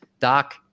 Doc